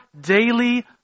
daily